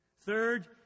Third